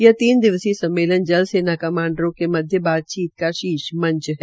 यह तीन दिवसीय सम्मेलन जल सेना कमांडरों के मध्य बातचीत का शीर्ष मंच है